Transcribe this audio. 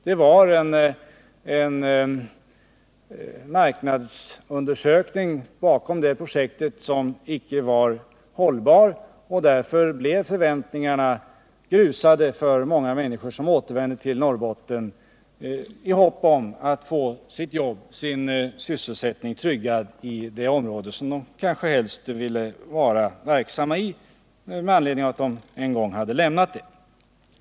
Det var en marknadsundersökning bakom det projektet som icke var hållbar, och därför grusades förväntningarna för många människor som återvände till Norrbotten i hopp om att få sin sysselsättning tryggad i det område som de kanske helst ville vara verksamma i men som de en gång tvingats lämna.